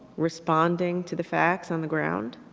responding to the facts on the ground.